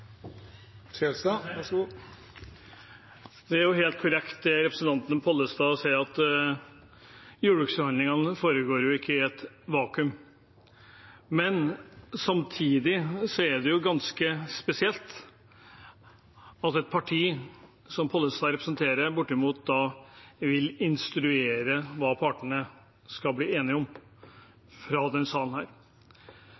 helt korrekt, det representanten Pollestad sier, at jordbruksforhandlingene ikke foregår i et vakuum, men samtidig er det ganske spesielt at partiet som Pollestad representerer, bortimot vil instruere hva partene skal bli enige om